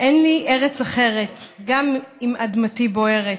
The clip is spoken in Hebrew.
"אין לי ארץ אחרת / גם אם אדמתי בוערת",